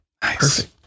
perfect